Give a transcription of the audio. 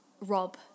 Rob